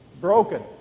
Broken